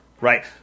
right